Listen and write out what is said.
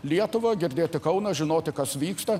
lietuvą girdėjti kauną žinoti kas vyksta